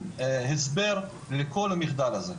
הסבר לכל המחדל הזה.